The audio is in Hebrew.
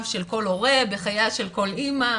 בחייו של כל הורה, בחייה של כל אמא.